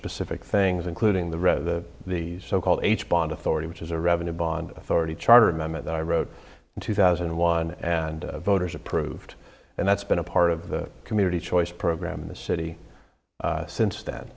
specific things including the rest of the the so called h bond authority which is a revenue bond authority charter member that i wrote in two thousand and one and voters approved and that's been a part of the community choice program in the city since then